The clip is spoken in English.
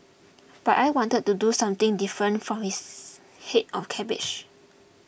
but I wanted to do something different for this head of cabbage